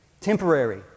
temporary